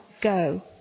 go